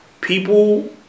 people